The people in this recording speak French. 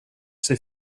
ces